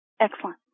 Excellent